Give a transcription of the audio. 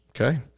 Okay